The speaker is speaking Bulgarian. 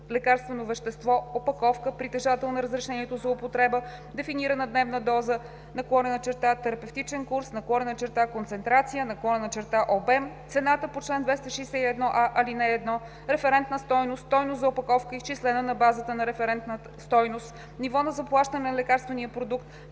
лекарствено вещество, опаковка, притежател на разрешението за употреба, дефинирана дневна доза/терапевтичен курс/концентрация/обем, цената по чл. 261а, ал. 1, референтна стойност, стойност за опаковка, изчислена на базата на референтна стойност, ниво на заплащане на лекарствения продукт,